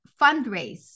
fundraise